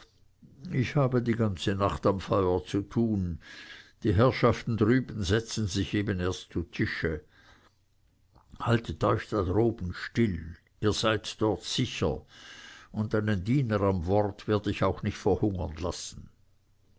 ich habe die ganze nacht am feuer zu tun die herrschaften drüben setzen sich eben erst zu tische haltet euch droben still ihr seid dort sicher und einen diener am wort werd ich auch nicht verhungern lassen